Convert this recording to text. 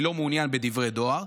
אני לא מעוניין בדברי דואר,